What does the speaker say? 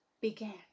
began